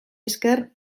esker